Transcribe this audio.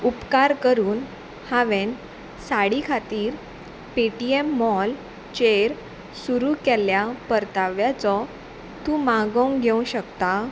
उपकार करून हांवेन साडी खातीर पेटीएम मॉल चेर सुरू केल्ल्या परताव्याचो तूं मागोंक घेवंक शकता